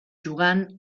jugant